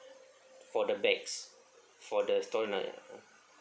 for the bags for the stolen uh